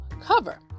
cover